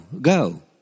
Go